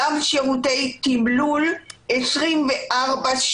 אלא גם שירותי תמלול 24/7